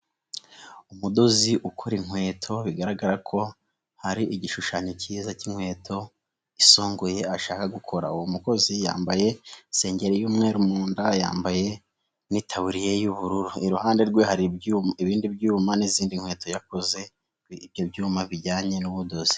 Umudozi ukora inkweto bigaragara ko hari igishushanyo cyiza cy'inkweto gisongoye ashaka gukora, uwo mukozi yambaye isengeri y'umweru mu nda kandi yambaye n'itaburiya y'ubururu, iruhande rwe hariyo ibindi byuma n'izindi nkweto yakoze, ibyo byuma bijyanye n'ubudozi.